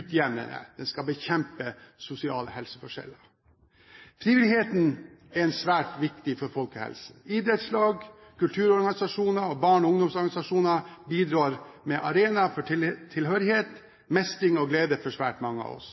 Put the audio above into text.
utjevnende, den skal bekjempe sosiale helseforskjeller. Frivilligheten er svært viktig for folkehelsen. Idrettslag, kulturorganisasjoner og barne- og ungdomsorganisasjoner bidrar med arenaer for tilhørighet, mestring og glede for svært mange av oss.